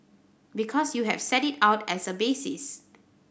because you have set it out as a basis